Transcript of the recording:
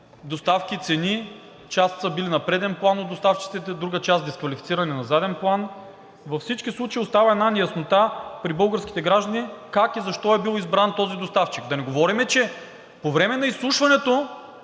доставки, цени – част са били на преден план от доставчиците, друга част дисквалифицирани на заден план. Във всички случаи остава една неяснота при българските граждани как и защо е бил избран този доставчик? Да не говорим, че по време на изслушването